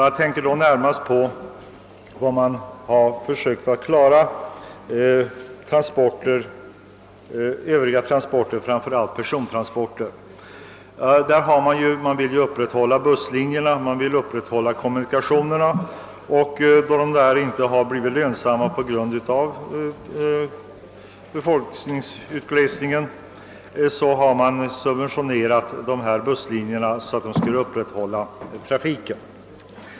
Jag tänker då närmast på vad man har gjort för att ordna Övriga transporter, framför allt persontransporterna. Man har velat bibehålla busslinjer som har blivit mindre lönsamma på grund av befolkningsuttunningen. Man har då subventionerat dessa så att trafiken har kunnat upprätthållas.